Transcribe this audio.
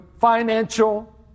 financial